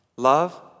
Love